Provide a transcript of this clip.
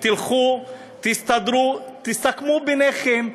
תלכו, תסתדרו, תסכמו ביניכם.